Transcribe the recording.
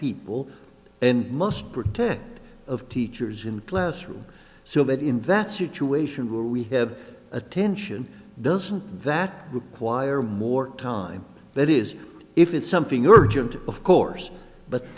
people and must protect of teachers in classrooms so that in that situation where we have attention doesn't that require more time that is if it's something urgent of course but